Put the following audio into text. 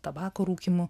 tabako rūkymu